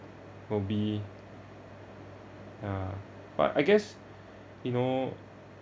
will be ya but I guess you know